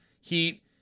Heat